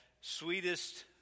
sweetest